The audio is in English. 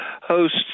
hosts